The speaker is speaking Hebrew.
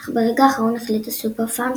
אך ברגע האחרון החליטה סופר-פארם,